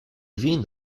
vin